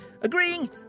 Agreeing